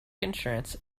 insurance